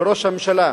לראש הממשלה,